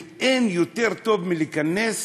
ואין יותר טוב מלכנס